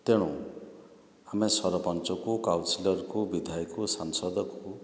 ତେଣୁ ଆମେ ସରପଞ୍ଚକୁ କାଉସିଲର୍କୁ ବିଧାୟକୁ ସାଂସଦକୁ